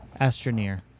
Astroneer